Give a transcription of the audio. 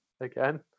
again